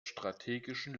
strategischen